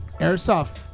airsoft